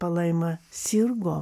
palaima sirgo